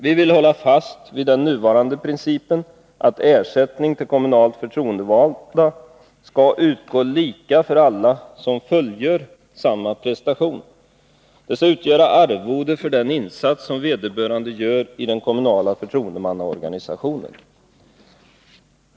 Vi håller fast vid den nuvarande principen, att ersättning till kommunalt förtroendevalda skall utgå lika för alla som fullgör samma prestation. Det skall utgöra arvode för den insats vederbörande gör i den kommunala förtroendemannaorganisationen.